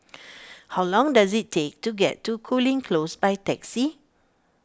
how long does it take to get to Cooling Close by taxi